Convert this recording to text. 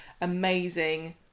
amazing